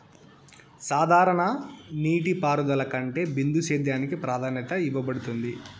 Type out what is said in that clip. సాధారణ నీటిపారుదల కంటే బిందు సేద్యానికి ప్రాధాన్యత ఇవ్వబడుతుంది